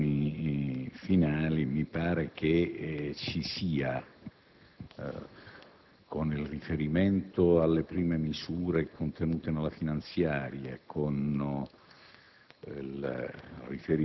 nelle considerazioni finali, mi pare vi sia, con riferimento alle prime misure contenute nella finanziaria e